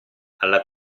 alla